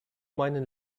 meinen